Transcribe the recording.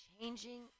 changing